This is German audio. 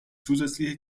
zusätzliche